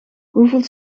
hoeveel